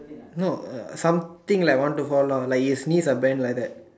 no uh something like want to fall down like you sneeze ah bend like that